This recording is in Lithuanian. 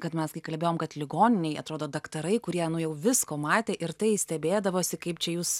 kad mes kai kalbėjom kad ligoninėj atrodo daktarai kurie nu jau visko matę ir tai stebėdavosi kaip čia jūs